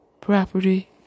property